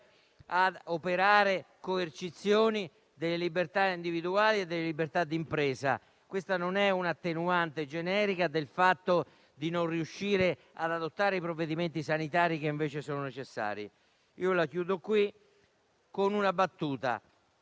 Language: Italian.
a operare coercizioni delle libertà individuali e delle libertà di impresa. Questa non è un'attenuante generica del fatto di non riuscire ad adottare i provvedimenti sanitari, che invece sono necessari. Concludo con una battuta.